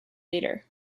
leader